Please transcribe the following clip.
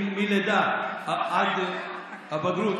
מלידה עד הבגרות,